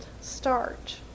starch